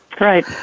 Right